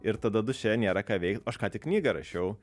ir tada duše nėra ką veikt o aš ką tik knygą rašiau